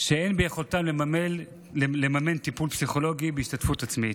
שאין ביכולתן לממן טיפול פסיכולוגי בהשתתפות עצמית.